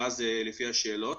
ואז לפי השאלות.